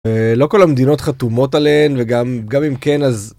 לא כל המדינות חתומות עליהן וגם אם כן אז.